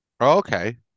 Okay